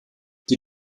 die